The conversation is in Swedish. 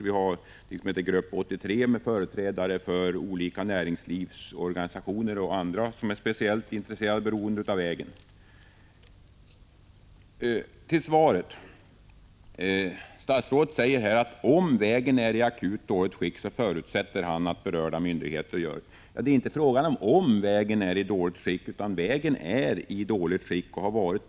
Vi har därvid främst Grupp 83 med företrädare för olika näringslivsorganisationer och andra som är speciellt intresserade och beroende av vägen. Sedan till svaret. Statsrådet säger att om vägen är i akut dåligt skick förutsätter han att berörda myndigheter gör erforderliga omprioriteringar.